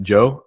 Joe